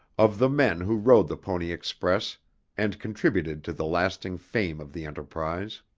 of the men who rode the pony express and contributed to the lasting fame of the enterprise